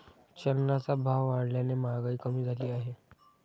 चलनाचा भाव वाढल्याने महागाई कमी झाली आहे